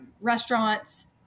restaurants